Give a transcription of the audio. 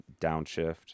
downshift